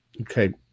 Okay